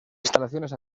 instalaciones